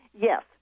yes